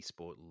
esport